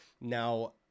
Now